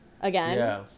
again